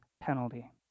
penalty